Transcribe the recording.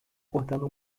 cortando